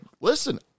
listen